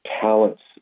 talents